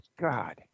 god